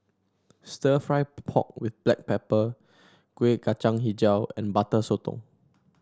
stir fry pork with Black Pepper Kueh Kacang hijau and Butter Sotong